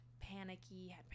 panicky